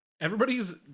everybody's